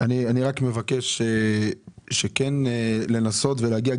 אני מבקש כן לנסות ולהגיע.